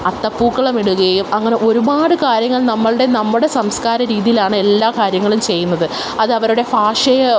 അത്തപ്പൂക്കളമിടുകയും അങ്ങനെ ഒരുപാട് കാര്യങ്ങള് നമ്മളുടെ നമ്മുടെ സംസ്കാര രീതീലാണ് എല്ലാ കാര്യങ്ങളും ചെയ്യുന്നത് അതവരുടെ ഭാഷയെ